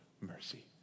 mercy